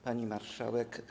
Pani Marszałek!